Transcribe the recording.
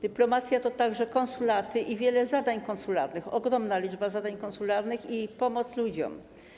Dyplomacja to także konsulaty i wiele zadań konsularnych, ogromna liczba zadań konsularnych i pomoc ludziom.